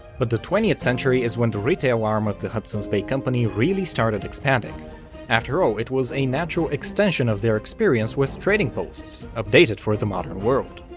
but the twentieth century is when the retail arm of the hudson's bay company really started expanding after all, it was a natural extension of their experience with trading posts, updated for the modern world.